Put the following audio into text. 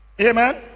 amen